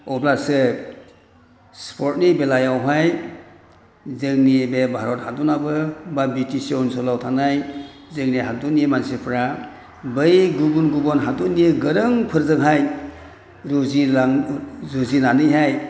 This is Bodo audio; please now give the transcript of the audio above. अब्लासो स्पर्टनि बेलायावहाय जोंनि बे भारत हादोरनाबो बा बि टि सि ओनसोलाव थानाय जोंनि हादोरनि मानसिफोरा बै गुबुन गुबुन हादोरनि गोरोंफोरजोंहाय जुजिनानैहाय